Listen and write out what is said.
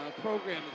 program